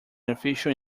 official